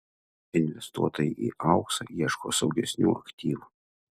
investuotojai į auksą ieško saugesnių aktyvų